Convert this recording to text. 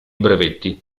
brevetti